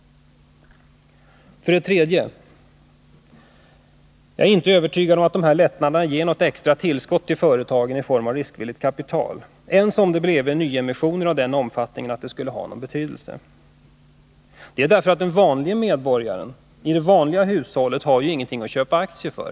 För det tredje: Jag är inte övertygad om att de här lättnaderna ger något extra tillskott till företagen i form av riskvilligt kapital ens om det bleve nyemissioner av den omfattningen att det skulle ha någon betydelse. Det är därför att den vanlige medborgaren i det vanliga hushållet inte har någonting att köpa aktier för.